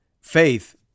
Faith